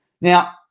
now